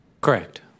Correct